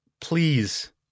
Please